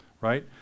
right